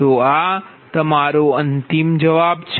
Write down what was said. તો આ તમારો અંતિમ જવાબ છે